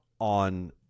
on